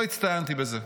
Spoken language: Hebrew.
לא הצטיינתי בזה,